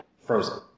frozen